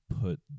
put